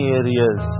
areas